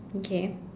okay